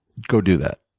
go do that.